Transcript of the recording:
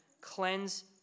cleanse